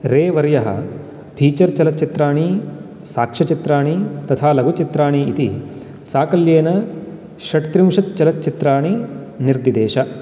रे वर्यः फीचर् चलच्चित्राणि साक्ष्यचित्राणि तथा लघुचित्राणि इति साकल्येन षट् त्रिंशत् चलच्चित्राणि निर्दिदेश